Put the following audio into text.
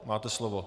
Máte slovo.